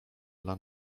dla